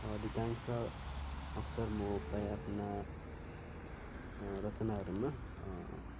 अधिकांश अक्सर म प्रायः आफ्ना रचनाहरूमा